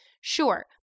Sure